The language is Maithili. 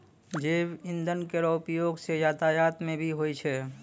जैव इंधन केरो उपयोग सँ यातायात म भी होय छै